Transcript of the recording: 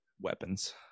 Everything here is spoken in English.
Weapons